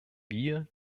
wir